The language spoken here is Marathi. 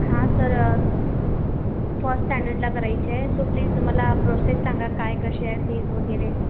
हा तर फस्ट स्टॅण्डडला करायची आहे तर सो प्लिज मला प्रोसेस सांगा काय कशी आहे फीज वगैरे